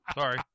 Sorry